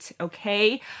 okay